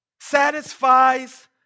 Satisfies